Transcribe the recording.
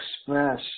express